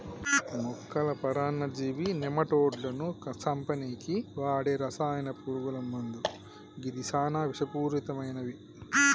మొక్కల పరాన్నజీవి నెమటోడ్లను సంపనీకి వాడే రసాయన పురుగుల మందు గిది సానా విషపూరితమైనవి